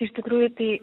iš tikrųjų tai